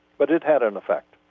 but it had an effect.